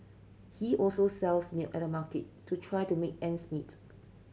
he also sells milk at the market to try to make ends meet